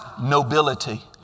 nobility